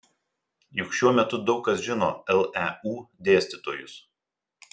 juk šiuo metu daug kas žino leu dėstytojus